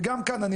וגם כאן גברתי,